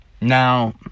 Now